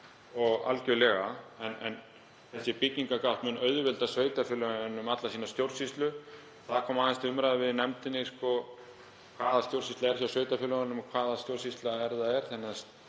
algjörlega. Þessi byggingargátt mun auðvelda sveitarfélögunum alla sína stjórnsýslu. Það kom aðeins til umræðu í nefndinni hvaða stjórnsýsla er hjá sveitarfélögunum og hvaða stjórnsýsla er þar